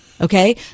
Okay